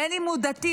בין אם הוא דתי,